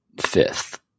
fifth